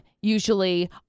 usually